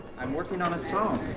i'm working on a song.